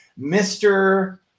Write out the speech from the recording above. Mr